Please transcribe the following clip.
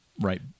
Right